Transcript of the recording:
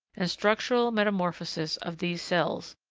and structural metamorphosis of these cells,